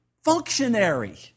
functionary